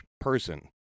person